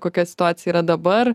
kokia situacija yra dabar